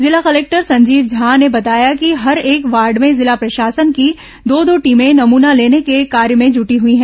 जिला कलेक्टर संजीव झा ने बताया कि हर एक वार्ड में जिला प्रशासन की दो दो टीमें नमूना लेने को कार्य में जूटी हई है